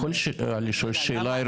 אני יכול לשאול שאלה ארגונית?